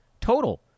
total